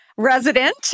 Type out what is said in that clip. resident